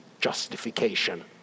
justification